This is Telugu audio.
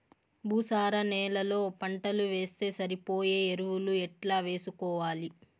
భూసార నేలలో పంటలు వేస్తే సరిపోయే ఎరువులు ఎట్లా వేసుకోవాలి?